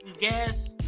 Gas